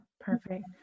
perfect